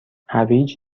هویج